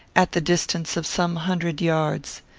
at the distance of some hundred yards.